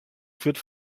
führt